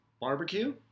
Barbecue